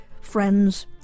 friends